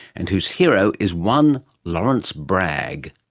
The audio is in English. and whose hero is one lawrence bragg.